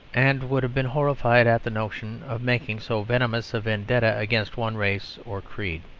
and would have been horrified at the notion of making so venomous a vendetta against one race or creed.